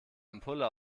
ampulle